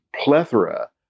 plethora